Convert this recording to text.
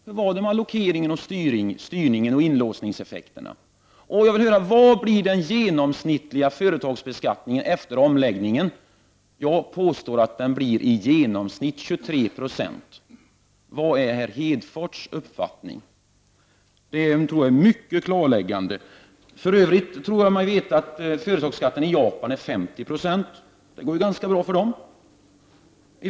Hur var det med allokeringen, styrningen och inlåsningseffekterna? Vilken blir den genomsnittliga företagsbeskattningen efter omläggningen? Jag påstår att den blir i genomsnitt 23 26. Vilken är herr Hedfors uppfattning? För övrigt anser jag mig veta att företagsskatten i Japan är 50 96, och det går ju ganska bra för japanerna.